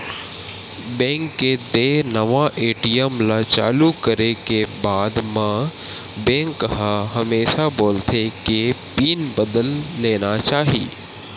bank के देय नवा ए.टी.एम ल चालू करे के बाद म बेंक ह हमेसा बोलथे के पिन बदल लेना चाही